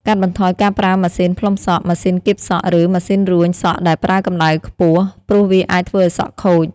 កាត់បន្ថយការប្រើម៉ាស៊ីនផ្លុំសក់ ម៉ាស៊ីនគៀបសក់ ឬម៉ាស៊ីនរួញសក់ដែលប្រើកម្ដៅខ្ពស់ ព្រោះវាអាចធ្វើឱ្យសក់ខូច ។